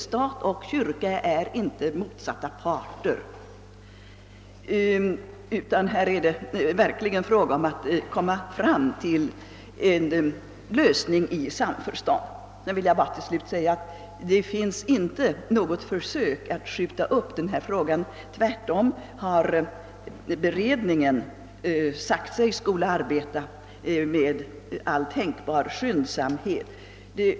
Stat och kyrka är inte motsatta parter, utan det gäller att söka uppnå en lösning i samförstånd. Till slut vill jag påpeka att det inte gjorts något försök att skjuta upp denna fråga. Tvärtom har beredningen uttalat att den skall arbeta med all tänkbar skyndsamhet.